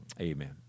Amen